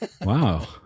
Wow